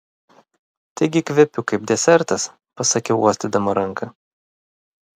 taigi kvepiu kaip desertas pasakiau uostydama ranką